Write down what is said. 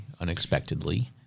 unexpectedly